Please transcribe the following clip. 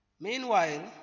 Meanwhile